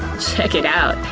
check it out,